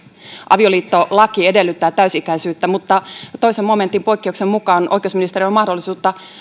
avioliittolaki edellyttää täysi ikäisyyttä mutta toisen momentin poikkeuksen mukaan oikeusministeriön